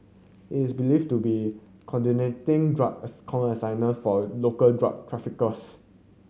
he is believed to be coordinating drug as consignment for a local drug traffickers